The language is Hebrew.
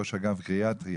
ראש אגף גריאטריה,